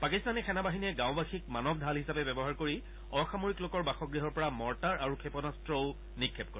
পাকিস্তানী সেনা বাহিনীয়ে গাঁওবাসীক মানৱ ঢাল হিচাপে ব্যৱহাৰ কৰি অসামৰিক লোকৰ বাসগৃহৰ পৰা মৰ্টাৰ আৰু ক্ষেপণাস্ত্ৰও নিক্ষেপ কৰে